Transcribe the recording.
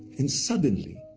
and suddenly,